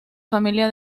familia